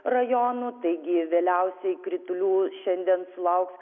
rajonų taigi vėliausiai kritulių šiandien sulauks